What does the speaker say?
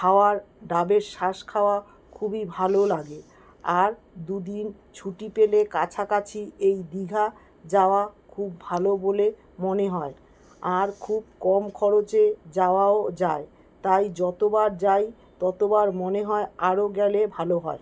খাওয়ার ডাবের শাঁস খাওয়া খুবই ভালো লাগে আর দু দিন ছুটি পেলে কাছাকাছি এই দীঘা যাওয়া খুব ভালো বলে মনে হয় আর খুব কম খরচে যাওয়াও যায় তাই যতবার যাই ততবার মনে হয় আরও গেলে ভালো হয়